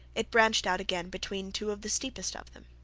it branched out again between two of the steepest of them.